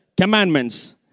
commandments